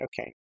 okay